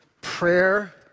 Prayer